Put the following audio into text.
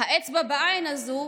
האצבע בעין הזו,